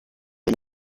iyi